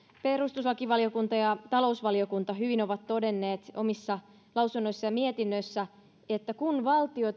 perustuslakivaliokunta ja talousvaliokunta hyvin ovat todenneet omissa lausunnoissaan ja mietinnöissään niin kun valtio